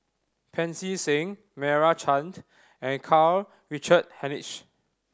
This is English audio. Pancy Seng Meira Chand and Karl Richard Hanitsch